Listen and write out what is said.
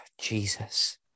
Jesus